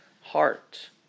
heart